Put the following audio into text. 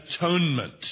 atonement